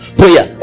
prayer